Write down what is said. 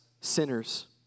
sinners